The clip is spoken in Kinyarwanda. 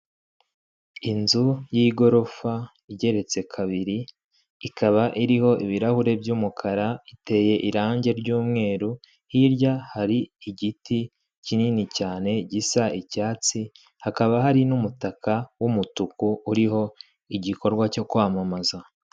Inzu y'igorofa igeretse kabiri ikaba iriho ibirahuri by'umukara, iteye irangi ry'umweru hirya hari igiti kinini cyane gisa icyatsi, hakaba hari n'umutaka w'umutuku uriho igikorwa cyo kwamamaza.